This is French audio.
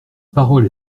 parole